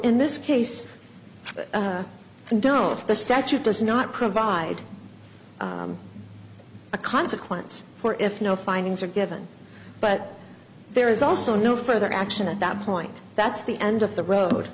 in this case and the statute does not provide a consequence for if no findings are given but there is also no further action at that point that's the end of the road